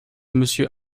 monsieur